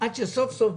עד שהגיע סוף סוף,